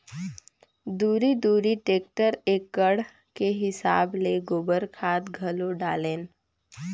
दूरी दूरी टेक्टर एकड़ के हिसाब ले गोबर खाद घलो डालेन